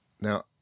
now